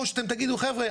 או שאתם תגידו 'חבר'ה,